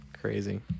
Crazy